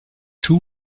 two